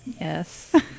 yes